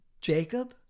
Jacob